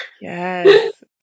Yes